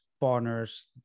partners